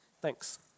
Thanks